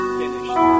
finished